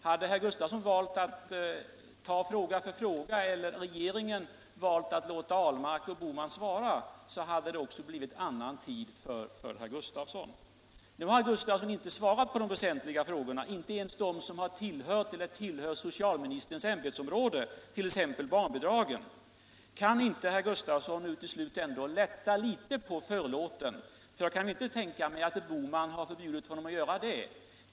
Om herr Gustavsson i stället hade valt att ta fråga för fråga, eller om regeringen hade valt att låta herr Ahlmark och herr Bohman svara, så hade det också blivit mera tid för herr Gustavsson. Nu har socialministern inte svarat på de väsentliga frågorna, inte ens på dem som hör till hans eget ämbetsområde, t.ex. frågan om barnbidragen. Men kan inte herr Gustavsson nu till slut lätta litet på förlåten? Jag kan inte tänka mig att herr Bohman har förbjudit honom att göra det.